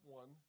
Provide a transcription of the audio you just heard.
one